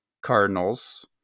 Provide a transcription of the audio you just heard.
Cardinals